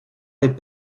les